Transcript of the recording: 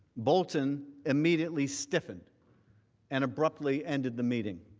bolton immediately stiffened and abruptly ended the meeting.